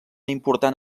important